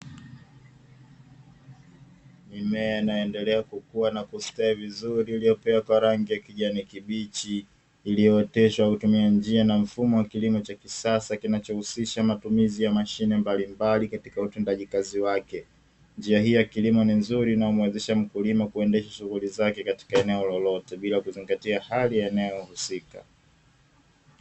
Mimea inayoendelea kukua na kustawi vizuri uliopea kwa rangi ya kijani kibichi, iliyooteshwa kutumia njia na mfumo wa kilimo cha kisasa kinachohusisha matumizi ya mashine mbalimbali katika utendaji kazi wake, njia hii ya kilimo ni nzuri inayomwezesha mkulima kuendesha shughuli zake katika eneo lolote bila kuzingatia hali ya eneo husika.